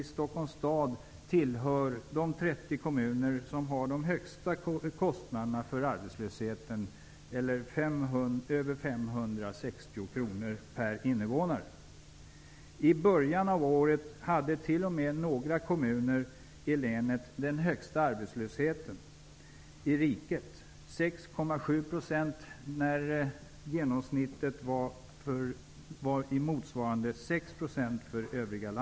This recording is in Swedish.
Stockholms stad tillhör de 30 kommuner som har de högsta kostnaderna för arbetslösheten, över några kommuner i länet den högsta arbetslösheten i riket, 6,7 %, när genomsnittet var 6 %.